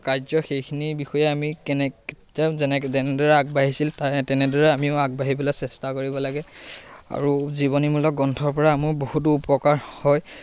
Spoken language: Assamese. কাৰ্য সেইখিনিৰ বিষয়ে আমি কেনেকৈ তেওঁ যেনে যেনেদৰে আগবাঢ়িছিল তেনেদৰে আমিও আগবাঢ়িলৈ চেষ্টা কৰিব লাগে আৰু জীৱনীমূলক গ্ৰন্থৰ পৰা আমিও বহুতো উপকাৰ হয়